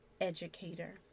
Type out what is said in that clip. educator